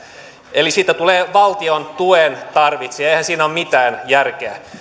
eli siitä tulee valtion tuen tarvitsija eihän siinä ole mitään järkeä